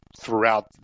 throughout